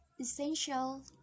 essential